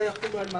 לא יחולו על ...